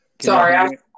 Sorry